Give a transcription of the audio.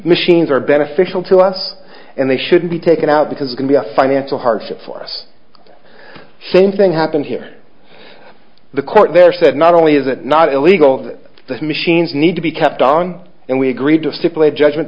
machines are beneficial to us and they should be taken out because it can be a financial hardship for us same thing happened here the court there said not only is it not illegal that the machines need to be kept on and we agreed to stipulate judgment